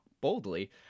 boldly